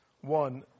One